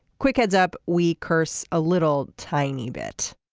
quick heads up. we curse a little tiny bit.